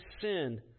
sin